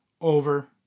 over